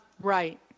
right